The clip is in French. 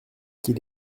qu’il